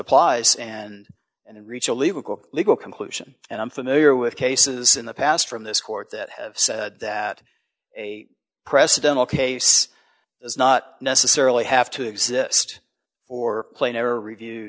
applies and and reach a legal legal conclusion and i'm familiar with cases in the past from this court that have said that a presidential case is not necessarily have to exist or plain or review